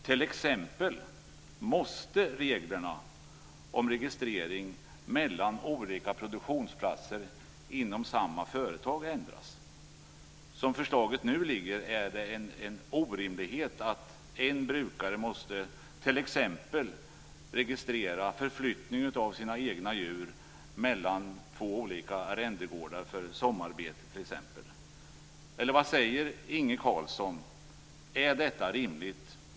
T.ex. måste reglerna om registrering mellan olika produktionsplatser inom samma företag ändras. Som förslaget nu ser ut är det orimligt att en brukare t.ex. måste registrera förflyttning av sina egna djur mellan två olika arrendegårdar för t.ex. sommarbete. Eller vad säger Inge Carlsson? Är detta rimligt?